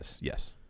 Yes